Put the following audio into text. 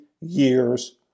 years